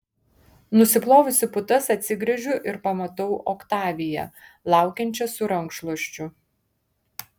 nusiplovusi putas atsigręžiu ir pamatau oktaviją laukiančią su rankšluosčiu